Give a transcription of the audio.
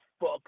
fuck